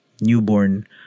newborn